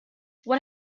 what